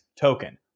token